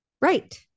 Right